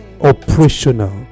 operational